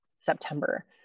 September